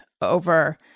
over